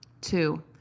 Two